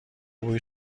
بوی